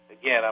Again